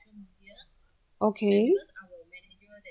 okay